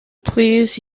please